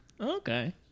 Okay